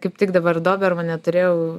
kaip tik dabar dobermanę turėjau